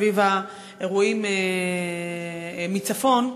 סביב האירועים מצפון,